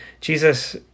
Jesus